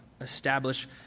establish